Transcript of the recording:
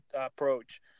approach